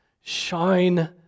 Shine